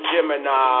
Gemini